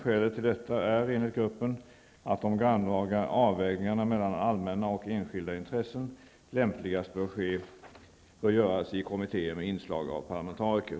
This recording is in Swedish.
Skälet till detta är enligt gruppen att de grannlaga avvägningarna mellan allmänna och enskilda intressen lämpligast bör göras i kommittéer med inslag av parlamentariker.